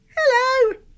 hello